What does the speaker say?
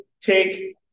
take